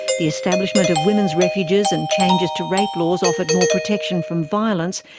the establishment of women's refuges and changes to rape laws offered more protection from violence,